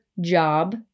job